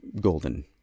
golden